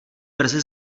brzy